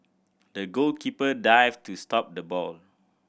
the goalkeeper dived to stop the ball